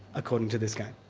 according to this game.